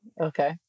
Okay